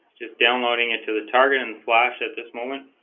just downloading it to the target and flash at this moment